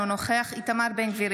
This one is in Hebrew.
אינו נוכח איתמר בן גביר,